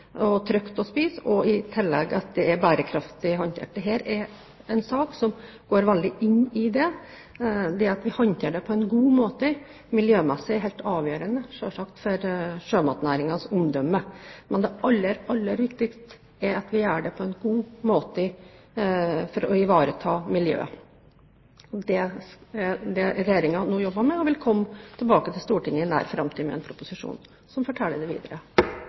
og trygt å spise, og i tillegg at det er bærekraftig håndtert. Dette er en sak som går veldig inn i det. Det at vi håndterer det på en god måte miljømessig, er selvsagt helt avgjørende for sjømatnæringens omdømme. Men det aller viktigste er at vi gjør det på en god måte for å ivareta miljøet. Det er det Regjeringen nå jobber med, og vil komme tilbake til Stortinget i nær framtid med en proposisjon som forteller om det videre